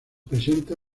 presenta